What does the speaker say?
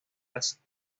las